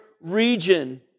region